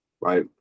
right